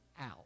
out